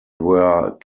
were